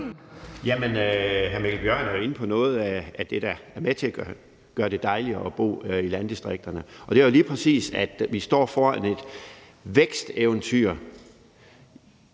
(M): Hr. Mikkel Bjørn er jo inde på noget af det, der er med til at gøre det dejligt at bo i landdistrikterne, og det er jo lige præcis, at vi står foran et væksteventyr